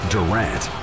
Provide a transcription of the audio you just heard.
Durant